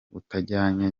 utajyanye